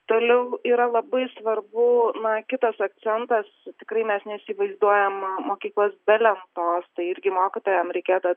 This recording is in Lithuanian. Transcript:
toliau yra labai svarbu na kitas akcentas tikrai mes neįsivaizduojam mokyklos be lentos tai irgi mokytojam reikėtų